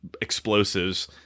explosives